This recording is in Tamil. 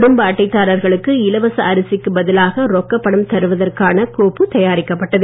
குடும்ப அட்டை தாரர்களுக்கு இலவச அரிசிக்கு பதிலாக ரொக்கப் பணம் தருவதற்கான கோப்பு தயாரிக்கப்பட்டது